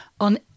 on